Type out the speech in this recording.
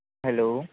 hello